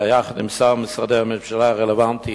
אלא יחד עם שאר משרדי הממשלה הרלוונטיים,